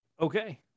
Okay